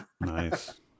Nice